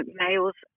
males